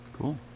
Cool